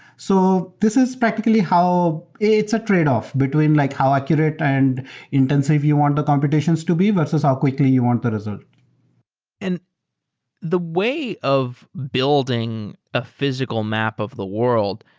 so this is practically how it's a tradeoff between like how accurate and intensive you want the computations to be versus how quickly you want the result and the way of building a physical map of the world,